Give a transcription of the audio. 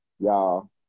y'all